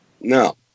No